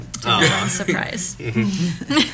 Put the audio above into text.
surprise